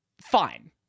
fine